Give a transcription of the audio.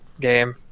game